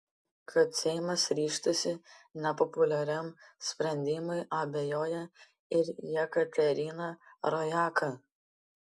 kad seimas ryžtųsi nepopuliariam sprendimui abejoja ir jekaterina rojaka